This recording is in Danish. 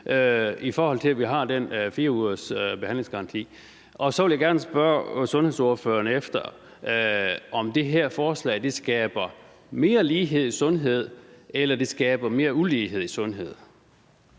i forhold til at vi har den 4-ugersbehandlingsgaranti. Er det dem, der er mest syge? Det andet, jeg gerne vil spørge sundhedsordføreren om, er, om det her forslag skaber mere lighed i sundhed eller det skaber mere ulighed i sundhed.